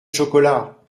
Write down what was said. chocolat